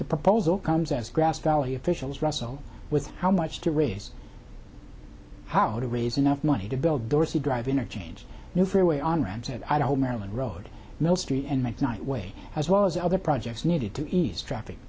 the proposal comes as grass valley officials wrestle with how much to raise how to raise enough money to build dorsey drive interchange new freeway on ramp that i don't hold maryland road millstreet and make night way as well as other projects needed to east raf